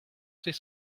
sait